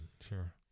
Sure